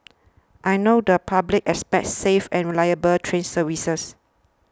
I know the public expects safe and reliable train services